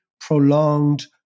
prolonged